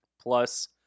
plus